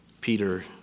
Peter